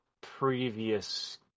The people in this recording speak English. previous